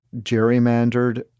gerrymandered